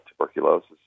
tuberculosis